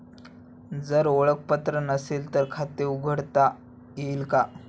जर ओळखपत्र नसेल तर खाते उघडता येईल का?